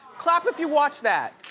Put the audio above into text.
clap if you watch that.